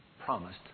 promised